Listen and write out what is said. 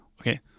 okay